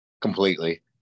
Completely